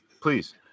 Please